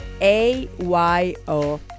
A-Y-O